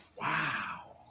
Wow